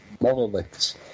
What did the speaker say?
monoliths